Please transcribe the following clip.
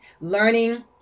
learning